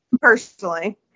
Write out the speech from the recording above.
Personally